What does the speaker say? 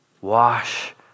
wash